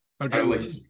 Okay